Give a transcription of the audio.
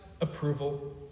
approval